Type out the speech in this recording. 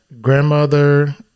grandmother